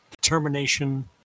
determination